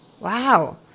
Wow